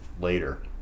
later